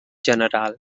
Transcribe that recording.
general